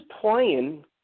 playing